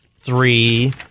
Three